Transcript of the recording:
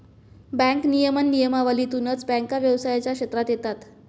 bank नियमन नियमावलीतूनच बँका व्यवसायाच्या क्षेत्रात येतात